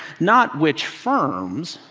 not which firms,